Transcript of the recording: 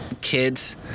kids